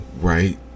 right